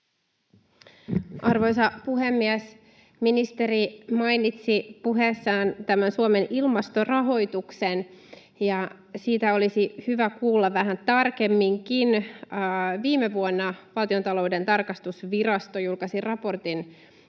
Arvoisa puhemies! Ministeri mainitsi puheessaan tämän Suomen ilmastorahoituksen, ja siitä olisi hyvä kuulla vähän tarkemminkin. Viime vuonna Valtiontalouden tarkastusvirasto julkaisi raportin,